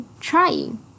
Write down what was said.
trying